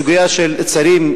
בסוגיה של צעירים,